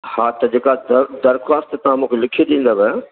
हा त जेका दर दरख़्वास्त तव्हां मूंखे लिखी ॾींदव